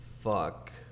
fuck